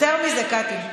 יותר מזה, קטי.